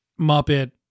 Muppet